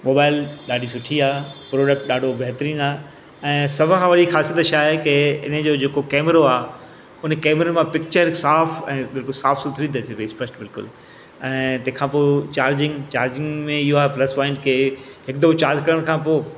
mobile ॾाढी सुठी आहे प्रोडक्ट ॾाढो बहितरीन आहे ऐं सभु खां वॾी ख़ासियत छा आहे की इन जो जेको कैमरो आहे उन कैमरे मां पिचर साफ़ु ऐं बिल्कुल साफ़ु सुथिरी थी अचे पई स्पष्ट बिल्कुलु ऐं तंहिंखां पोइ चार्जिंग चार्जिंग में इहो आहे प्लस पॉइंट की हिकु दफ़ो चार्ज करण खां पोइ